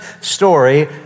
story